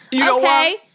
Okay